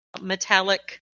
metallic